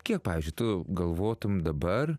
kiek pavyzdžiui tu galvotum dabar